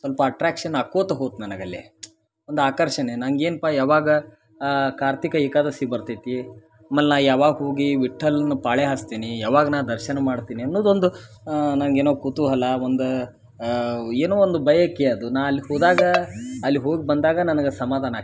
ಸ್ವಲ್ಪ ಅಟ್ರ್ಯಾಕ್ಷನ್ ಆಕೋತ ಹೋತು ನನಗೆ ಅಲ್ಲಿ ಒಂದು ಆಕರ್ಷಣೆ ನಂಗೇನು ಪ ಯಾವಾಗ ಕಾರ್ತಿಕ ಏಕಾದಶಿ ಬರ್ತೈತಿ ಮಲ್ ನ ಯಾವಾಗ ಹೋಗಿ ವಿಠ್ಠಲ್ನ ಪಾಳೆ ಹಾರ್ಸ್ತೀನಿ ಯಾವಾಗ ನಾ ದರ್ಶನ ಮಾಡ್ತೀನಿ ಅನ್ನೋದೊಂದು ನನಗೇನೋ ಕುತೂಹಲ ಒಂದು ಏನೋ ಒಂದು ಭಯಕ್ಕೆ ಅದು ನಾ ಅಲ್ಗ ಹೋದಾಗ ಅಲ್ಲಿಗೆ ಹೋಗಿ ಬಂದಾಗ ನನಗೆ ಸಮಾಧಾನ ಆಕಿತ್ತು